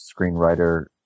screenwriter